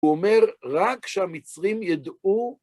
הוא אומר, רק כשהמצרים ידעו